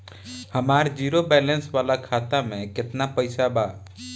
हमार zero balance वाला खाता में केतना पईसा बा?